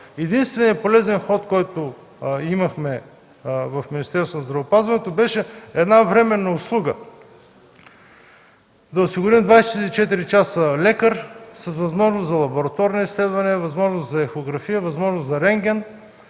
Единственият полезен ход, който имахме в Министерството на здравеопазването, беше една временна услуга – да осигурим 24 часа лекар с възможност за амбулаторни изследвания, възможност за ехография, възможност за рентген.